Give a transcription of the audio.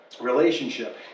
relationship